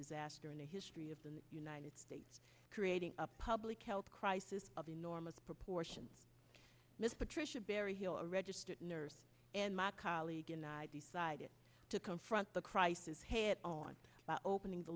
disaster in the history of the united states creating a public health crisis of enormous proportions miss patricia berryhill a registered nurse and my colleague and i decided to confront the crisis head on by opening the